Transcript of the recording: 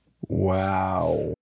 Wow